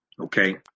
Okay